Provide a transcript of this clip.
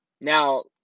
Now